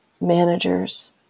managers